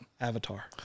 Avatar